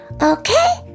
okay